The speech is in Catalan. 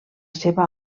seva